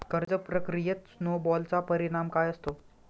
कर्ज प्रक्रियेत स्नो बॉलचा परिणाम काय असतो?